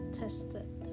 tested